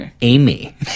Amy